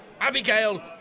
Abigail